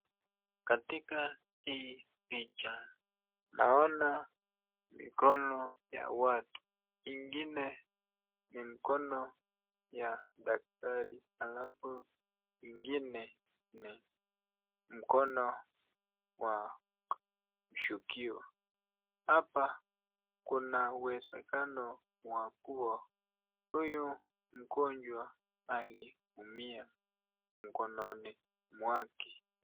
Katika hii picha naona mikono ya watu. Ingine ni mkono ya daktari alafu ingine ni mkono wa mshukiwa. Hapa kuna uwezekano wa kuwa huyu mgonjwa aliumia mkononi mwake.